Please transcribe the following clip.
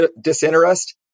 disinterest